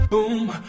Boom